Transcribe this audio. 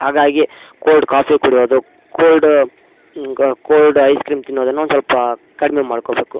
ಹಾಗಾಗಿ cold coffee ಕುಡಿಯೋದು cold ಗ ಕೋಲ್ಡ್ ಐಸ್ ಕ್ರೀಮ್ ತಿನ್ನೋದನ್ನು ಒಂದುಸ್ವಲ್ಪಾ ಕಡಿಮೆ ಮಾಡ್ಕೊಬೇಕು